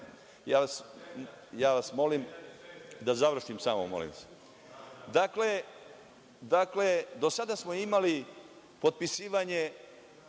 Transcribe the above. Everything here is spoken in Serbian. vas, da završim samo, molim vas. Dakle, do sada smo imali potpisivanje